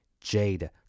Jade